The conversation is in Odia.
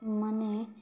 ମାନେ